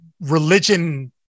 religion